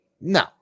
No